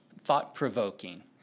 thought-provoking